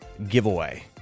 giveaway